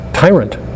tyrant